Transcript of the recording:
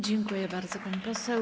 Dziękuję bardzo, pani poseł.